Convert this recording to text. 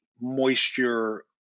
moisture